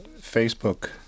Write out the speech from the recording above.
Facebook